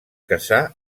caçar